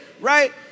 right